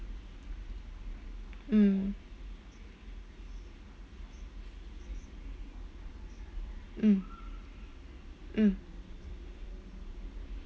mm mm mm